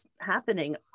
happening